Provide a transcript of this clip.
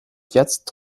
jetzt